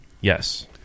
Yes